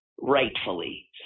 rightfully